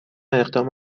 اقدام